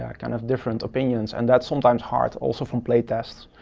yeah kind of different opinions. and that's sometimes hard, also from play test